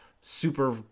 super